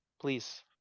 Please